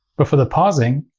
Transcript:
but for the parsing,